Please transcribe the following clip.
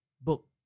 book